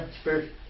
Spirit